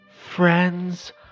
Friends